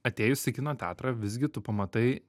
atėjus į kino teatrą visgi tu pamatai